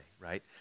right